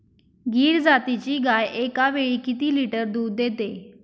गीर जातीची गाय एकावेळी किती लिटर दूध देते?